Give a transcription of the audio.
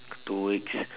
two weeks